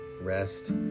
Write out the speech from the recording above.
rest